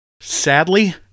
Sadly